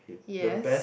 yes